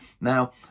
Now